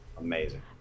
Amazing